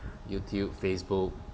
YouTube Facebook